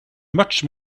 much